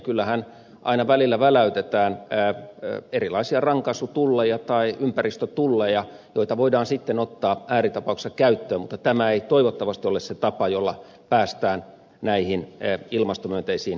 kyllähän aina välillä väläytetään erilaisia rankaisutulleja tai ympäristötulleja joita voidaan sitten ottaa ääritapauksissa käyttöön mutta tämä ei toivottavasti ole se tapa jolla päästään näihin ilmastomyönteisiin ratkaisuihin